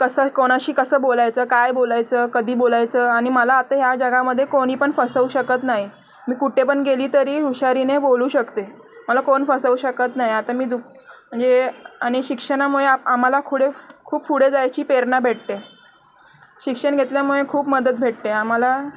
कसं कोणाशी कसं बोलायचं काय बोलायचं कधी बोलायचं आणि मला आता ह्या जगामध्ये कोणी पण फसवू शकत नाही मी कुठेपण गेली तरी हुशारीने बोलू शकते मला कोण फसवू शकत नाही आता मी दु म्हणजे आणि शिक्षणामुळे आम्हाला खुडे खूप पुढे जायची प्रेरणा भेटते शिक्षण घेतल्यामुळे खूप मदत भेटते आम्हाला